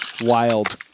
Wild